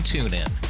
TuneIn